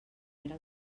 era